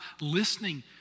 listening